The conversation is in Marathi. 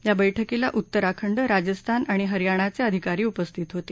या बैठकीला उत्तराखंड राजस्थान आणि हरयाणाचे अधिकारी उपस्थित होते